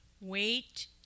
wait